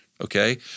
okay